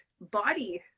body